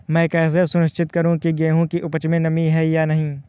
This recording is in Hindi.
मैं कैसे सुनिश्चित करूँ की गेहूँ की उपज में नमी है या नहीं?